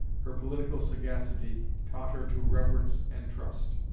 her political sagacity taught her to reverence and trust.